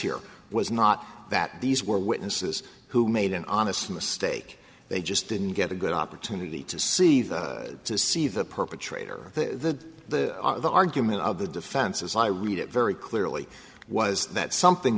here was not that these were witnesses who made an honest mistake they just didn't get a good opportunity to see to see the perpetrator the the the argument of the defense as i read it he clearly was that something